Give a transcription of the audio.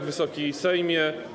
Wysoki Sejmie!